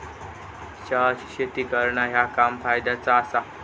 चहाची शेती करणा ह्या काम फायद्याचा आसा